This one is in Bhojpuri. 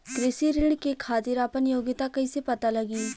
कृषि ऋण के खातिर आपन योग्यता कईसे पता लगी?